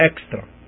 extra